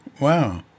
Wow